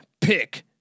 Pick